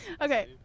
Okay